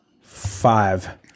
five